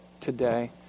today